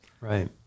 Right